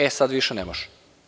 E, sad više ne može.